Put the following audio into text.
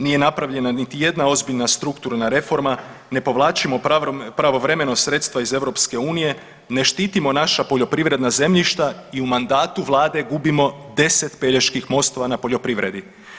Nije napravljena niti jedna ozbiljna strukturna reforma, ne povlačimo pravovremeno sredstva iz EU, ne štitimo naša poljoprivredna zemljišta i u mandatu Vlade gubimo deset Peljeških mostova na poljoprivredi.